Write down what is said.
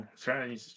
trying